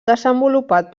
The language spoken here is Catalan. desenvolupat